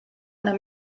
eine